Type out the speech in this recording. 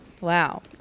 Wow